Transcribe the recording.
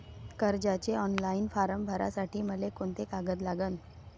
कर्जाचे online form भरासाठी मले कोंते कागद लागन?